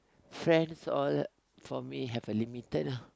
friends all for me have a limited ah